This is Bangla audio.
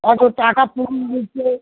অত টাকা কম নিচ্ছে